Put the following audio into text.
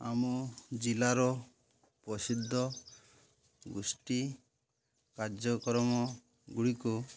ଆମ ଜିଲ୍ଲାର ପ୍ରସିଦ୍ଧ ଗୋଷ୍ଠୀ କାର୍ଯ୍ୟକ୍ରମ ଗୁଡ଼ିିକୁ